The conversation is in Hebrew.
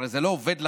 הרי זה לא עובד לכם.